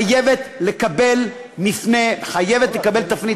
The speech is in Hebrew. חייבת לקבל מפנה, חייבת לקבל תפנית.